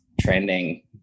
trending